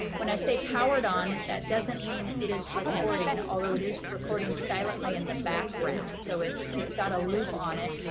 when i say powered on, that doesn't mean it is recording, although it is recording silently in the background, so it's it's got a loop on it.